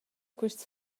quists